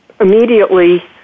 immediately